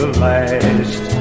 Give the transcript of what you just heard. last